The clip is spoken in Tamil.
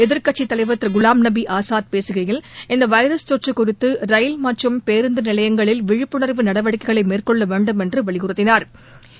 எதிர்க்கட்சித் தலைவர் திருகுலாம்நபிஆஸாத் பேசுகையில் இந்தவைரஸ் தொற்றுகுறித்துரயில் மற்றும் பேருந்துநிலையங்ளில் விழிப்புணா்வு நடவடிக்கைகளைமேற்கொள்ளவேண்டுமென்றுவலியுறுத்தினாா்